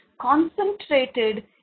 concentrated